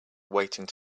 waiting